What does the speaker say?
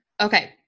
Okay